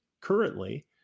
currently